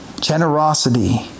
generosity